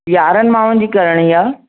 यारंहनि माण्हूनि जी करिणी आहे